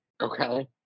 Okay